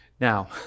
Now